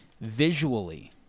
visually –